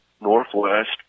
northwest